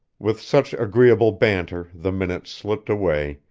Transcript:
with such agreeable banter the minutes slipped away,